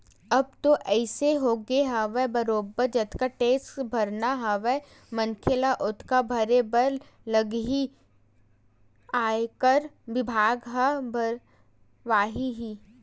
अब तो अइसे होगे हवय बरोबर जतका टेक्स भरना हवय मनखे ल ओतका भरे बर लगही ही आयकर बिभाग ह भरवाही ही